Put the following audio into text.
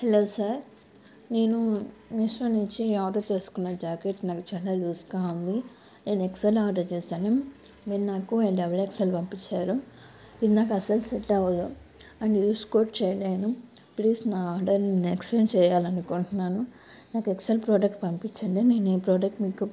hello sir నేను Meesho నుంచి order చేసుకున్న జాకెట్ నాకు చాలా లూస్గా ఉంది నేను ఎక్స్ఎల్ ఆర్డర్ చేశాను మీరు నాకు డబుల్ ఎక్స్ఎల్ పంపించారు ఇది నాకు అసలు సెట్ అవ్వదు అండ్ యూస్ కూడా చేయలేను ప్లీజ్ నా ఆర్డర్ని ఎక్స్చేంజ్ చేయాలి అనుకుంటున్నాను నాకు ఎక్స్ఎల్ ప్రాడక్ట్ పంపించండి నేను ఈ ప్రాడక్ట్ మీకు